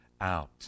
out